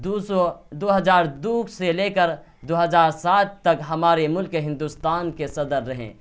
دو سو دو ہزار دو سے لے کر دو ہزار سات تک ہمارے ملک ہندوستان کے صدر رہے